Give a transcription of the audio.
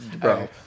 bro